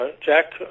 Jack